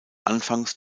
anfangs